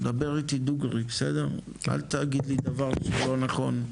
דבר איתי דוגרי, אל תגיד לי דבר לא נכון,